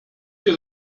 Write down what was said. die